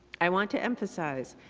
i want to emphasize,